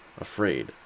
afraid